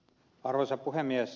arvoisa puhemies